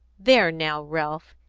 there, now, ralph,